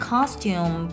Costume